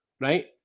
Right